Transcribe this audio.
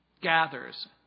gathers